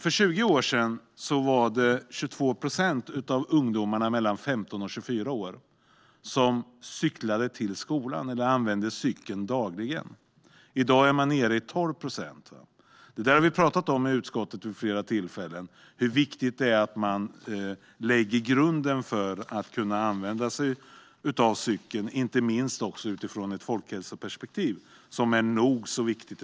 För 20 år sedan var det 22 procent av ungdomarna mellan 15 och 24 år som använde cykeln dagligen. I dag är det nere på 12 procent. I utskottet har vi vid flera tillfällen pratat om hur viktigt det är att man lägger grunden för att kunna använda sig av cykeln inte minst utifrån ett folkhälsoperspektiv, något som är nog så viktigt.